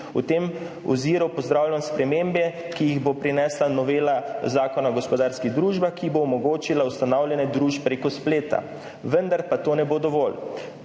V tem oziru pozdravljam spremembe, ki jih bo prinesla novela Zakona o gospodarskih družbah, ki bo omogočila ustanavljanje družb prek spleta, vendar pa to ne bo dovolj.